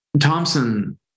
Thompson